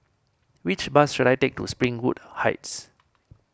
which bus should I take to Springwood Heights